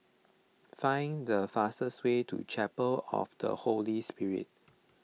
find the fastest way to Chapel of the Holy Spirit